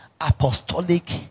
apostolic